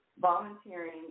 volunteering